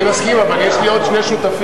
אני מסכים, אבל יש לי עוד שני שותפים.